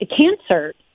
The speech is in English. cancer